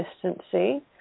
consistency